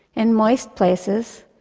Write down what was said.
in moist places,